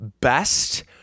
best